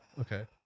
Okay